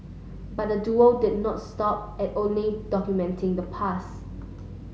but the duo did not stop at only documenting the pass